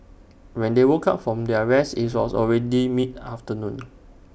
when they woke up from their rest IT was already mid afternoon